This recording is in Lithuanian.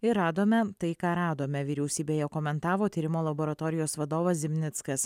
ir radome tai ką radome vyriausybėje komentavo tyrimo laboratorijos vadovas zimnickas